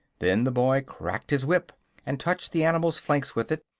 then the boy cracked his whip and touched the animal's flanks with it,